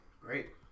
great